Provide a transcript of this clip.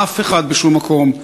אף אחד בשום מקום,